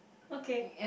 okay